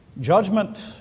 Judgment